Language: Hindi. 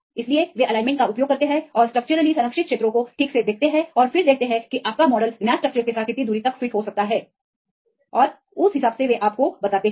इसलिए वे एलाइनमेंट का उपयोग करते हैं और स्ट्रक्चरली संरक्षित क्षेत्रों को ठीक से देखते हैं और फिर देखते हैं कि आपका मॉडल ज्ञात स्ट्रक्चरस के साथ कितनी दूर फिट हो सकता है और तदनुसार वे आपको ठीक बताएंगे